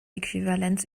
äquivalenz